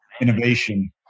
innovation